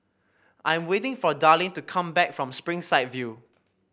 I am waiting for Darlyne to come back from Springside View